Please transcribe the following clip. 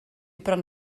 bron